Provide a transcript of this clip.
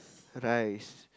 rice